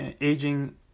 aging